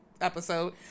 episode